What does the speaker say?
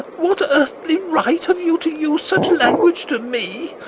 what earthly right have you to use such language to me?